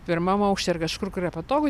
pirmam aukšte ar kažkur kur yra patogu